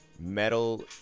Metal